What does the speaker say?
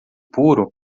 puro